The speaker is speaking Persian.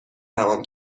تمام